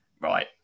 right